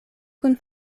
kun